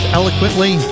eloquently